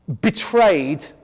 betrayed